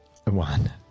One